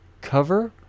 cover